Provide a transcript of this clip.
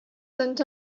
sent